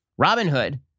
Robinhood